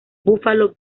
buffalo